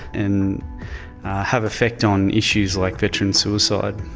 and have effect on issues like veteran suicide,